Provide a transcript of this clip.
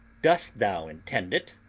dost thou intend it?